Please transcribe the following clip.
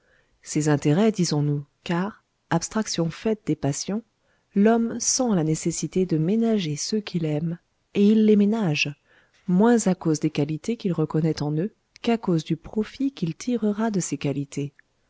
ses intérêts disons-nous car abstraction faite des passions l'homme sent la nécessité de ménager ceux qu'il aime et il les ménage moins à cause des qualités qu'il reconnaît en eux qu'à cause du profit qu'il tirera de ces qualités